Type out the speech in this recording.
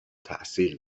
تاثیر